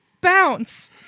bounce